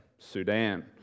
Sudan